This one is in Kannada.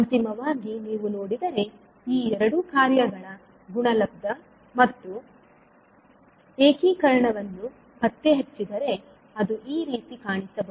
ಅಂತಿಮವಾಗಿ ನೀವು ನೋಡಿದರೆ ಈ ಎರಡು ಕಾರ್ಯಗಳ ಗುಣಲಬ್ಧ ಮತ್ತು ಏಕೀಕರಣವನ್ನು ಪತ್ತೆಹಚ್ಚಿದರೆ ಅದು ಈ ರೀತಿ ಕಾಣಿಸಬಹುದು